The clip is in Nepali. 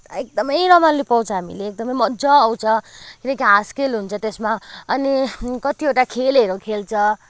एकदमै रमाइलो पाउँछ हामीले एकदमै मजा आउँछ किनकि हाँसखेल हुन्छ त्यसमा अनि कतिवटा खेलहरू खेल्छ